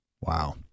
Wow